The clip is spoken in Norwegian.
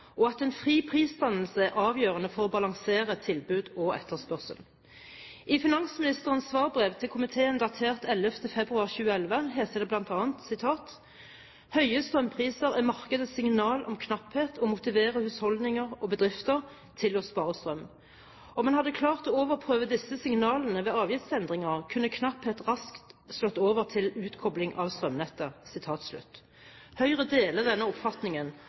og at en fri prisdannelse er avgjørende for å balansere tilbud og etterspørsel. I finansministerens svarbrev til komiteen datert 11. februar heter det bl.a.: «Høye strømpriser er markedets signal om knapphet og motiverer husholdninger og bedrifter til å spare strøm. Om en hadde klart å overprøve disse signalene ved avgiftsendringer kunne knapphet raskt slått over til utkobling av strømnettet.» Høyre deler denne oppfatningen,